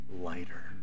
lighter